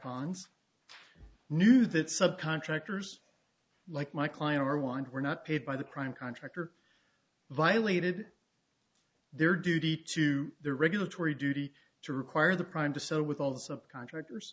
pons knew that subcontractors like my client are wind were not paid by the prime contractor violated their duty to the regulatory duty to require the prime to so with all the subcontractors